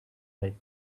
eye